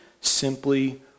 simply